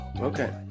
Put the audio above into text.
Okay